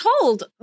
told